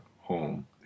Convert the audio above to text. home